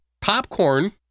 Popcorn